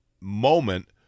moment